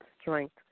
strength